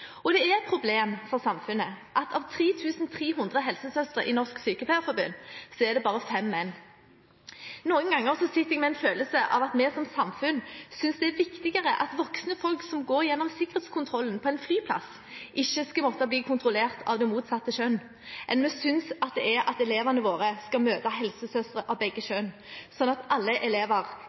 Og det er et problem for samfunnet at av 3 300 helsesøstre i Norsk Sykepleierforbund er det bare 5 menn. Noen ganger sitter jeg med en følelse av at vi som samfunn synes det er viktigere at voksne folk som går gjennom sikkerhetskontrollen på en flyplass, ikke skal måtte bli kontrollert av det motsatte kjønn, enn vi synes det er at elevene våre skal møte helsesøstre av begge kjønn – slik at alle elever